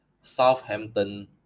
Southampton